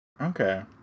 Okay